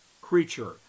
creature